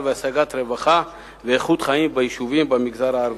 והשגת רווחה ואיכות חיים ביישובים במגזר הערבי.